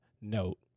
note